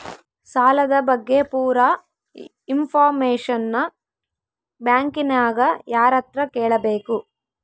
ಸಾಲದ ಬಗ್ಗೆ ಪೂರ ಇಂಫಾರ್ಮೇಷನ ಬ್ಯಾಂಕಿನ್ಯಾಗ ಯಾರತ್ರ ಕೇಳಬೇಕು?